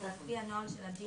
על פי הנוהל של ה-...